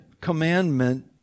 commandment